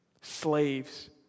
slaves